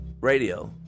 Radio